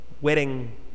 wedding